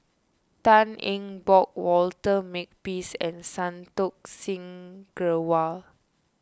Tan Eng Bock Walter Makepeace and Santokh Singh Grewal